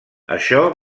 això